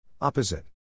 Opposite